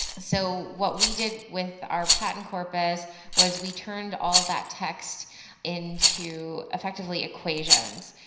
so what we did with our patent corpus was we turned all of that text into effectively equations.